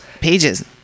pages